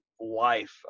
life